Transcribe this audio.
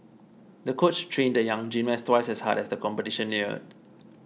the coach trained the young gymnast twice as hard as the competition neared